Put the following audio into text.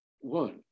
One